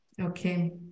Okay